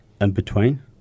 in-between